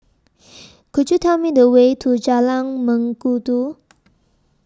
Could YOU Tell Me The Way to Jalan Mengkudu